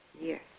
Yes